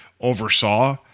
oversaw